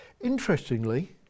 Interestingly